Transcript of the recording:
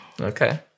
Okay